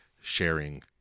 sharing